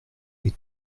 est